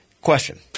Question